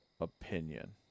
opinion